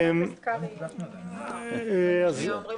לפני